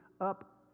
up